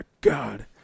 God